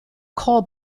call